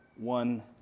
one